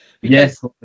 Yes